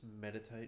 meditate